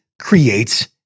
creates